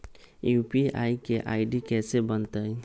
UPI के ID कैसे बनतई?